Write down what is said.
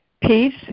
peace